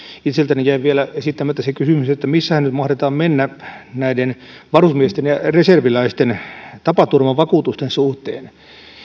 itseltäni jäi vielä esittämättä se kysymys missähän nyt mahdetaan mennä näiden varusmiesten ja reserviläisten tapaturmavakuutusten suhteen